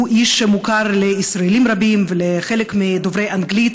הוא איש שמוכר לישראלים רבים ולחלק מדוברי האנגלית